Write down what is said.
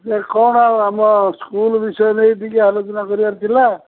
ହେଲେ କ'ଣ ଆଉ ଆମ ସ୍କୁଲ୍ ବିଷୟ ନେଇକି ଟିକେ ଆଲୋଚନା କରିବାର ଥିଲା